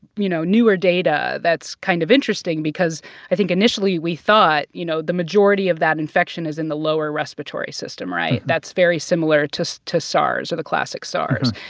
you know, newer data. that's kind of interesting because i think initially, we thought, you know, the majority of that infection is in the lower respiratory system, right? that's very similar to to sars or the classic sars.